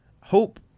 hope